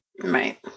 Right